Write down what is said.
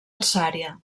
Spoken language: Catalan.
alçària